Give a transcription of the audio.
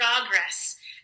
progress